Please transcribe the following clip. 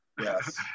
Yes